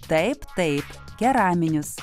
taip taip keraminius